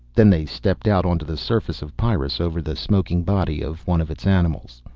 then they stepped out onto the surface of pyrrus, over the smoking body of one of its animals.